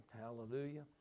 Hallelujah